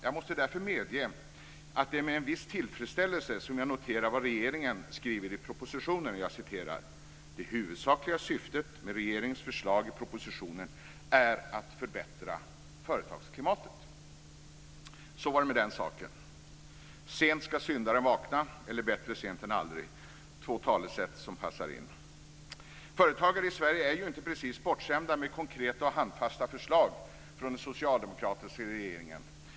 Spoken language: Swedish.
Jag måste därför medge att det är med en viss tillfredsställelse som jag noterar vad regeringen skriver i propositionen: "Det huvudsakliga syftet med regeringens förslag i propositionen är att förbättra företagsklimatet -." Så var det med den saken. "Sent skall syndaren vakna" eller "Bättre sent än aldrig". Två talesätt som passar in. Företagare i Sverige är inte precis bortskämda med konkreta och handfasta förslag från den socialdemokratiska regeringen.